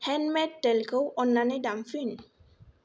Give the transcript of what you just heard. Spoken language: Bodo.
हेन्दमेद तैलखौ अन्नानै दामफिन